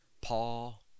Paul